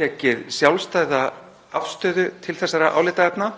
tekið sjálfstæða afstöðu til þessara álitaefna.